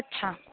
हां